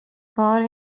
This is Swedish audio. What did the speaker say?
var